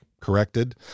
corrected